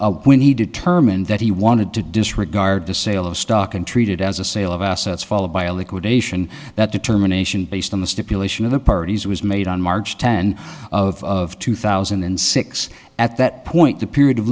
when he determined that he wanted to disregard the sale of stock and treated as a sale of assets followed by a liquidation that determination based on the stipulation of the parties was made on march tenth of two thousand and six at that point the period of